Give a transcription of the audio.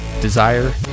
Desire